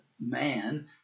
Man